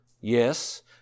Yes